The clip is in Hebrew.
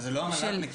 אבל זה לא המל"ג מכירה.